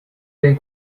been